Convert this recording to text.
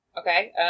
Okay